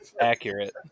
Accurate